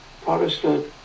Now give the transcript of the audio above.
Protestant